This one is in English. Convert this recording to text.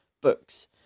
books